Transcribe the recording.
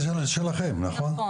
רט"ג.